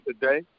today